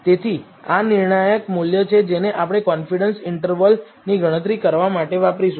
તેથી આ નિર્ણાયક મૂલ્ય છે જેને આપણે કોન્ફિડન્સ ઈન્ટર્વલની ગણતરી કરવા માટે વાપરીશું